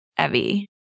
Evie